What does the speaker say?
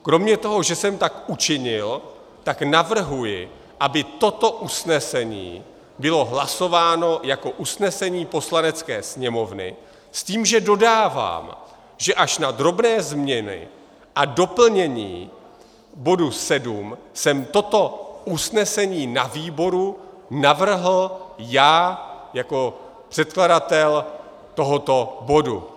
Kromě toho, že jsem tak učinil, tak navrhuji, aby toto usnesení bylo hlasováno jako usnesení Poslanecké sněmovny, s tím, že dodávám, že až na drobné změny a doplnění bodu 7 jsem toto usnesení na výboru navrhl já jako předkladatel tohoto bodu.